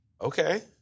Okay